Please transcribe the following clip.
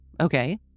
Okay